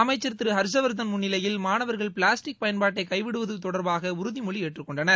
அமைச்சர் திரு ஹர்ஷவர்தன் முன்னிலையில் மாணவர்கள் பிளாஸ்டிக் பயன்பாட்டை கைவிடுவது தொடர்பாக உறுதிமொழி ஏற்றுக்கொண்டனர்